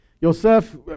Yosef